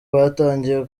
batangiye